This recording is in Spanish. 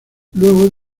luego